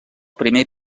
primer